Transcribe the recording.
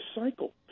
cycle